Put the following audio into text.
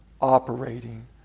operating